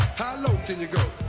how low can you go?